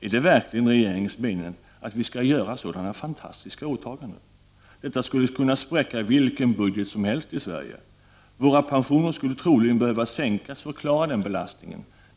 Är det verkligen regeringens mening att vi skall göra sådana fantastiska åtaganden? Det skulle kunna spräcka vilken budget som helst i Sverige. Våra pensioner skulle troligen behöva sänkas för att klara den belastningen.